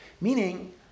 Meaning